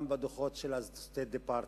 גם בדוחות של ה-State Department,